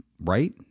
right